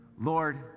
Lord